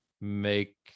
make